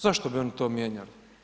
Zašto bi oni to mijenjali?